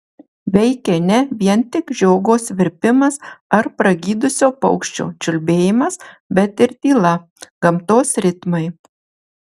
veikė ne vien tik žiogo svirpimas ar pragydusio paukščio čiulbėjimas bet ir tyla gamtos ritmai